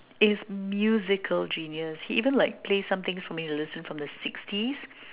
it's musical genius he even like play some things for me to listen from the sixties